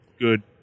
good